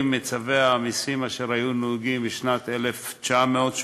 מצווי המסים אשר היו נהוגים בשנת 1985,